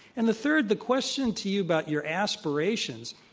and the third the question to you about your aspirations,